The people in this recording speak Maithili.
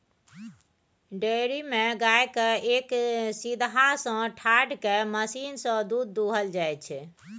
डेयरी मे गाय केँ एक सीधहा सँ ठाढ़ कए मशीन सँ दुध दुहल जाइ छै